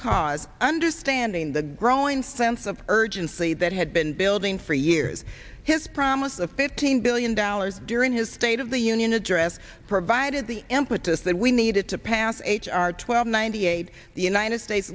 cause understanding the growing sense of urgency that had been building for years his promise of fifteen billion dollars during his state of the union address provided the impetus that we needed to pass h r twelve ninety eight the united states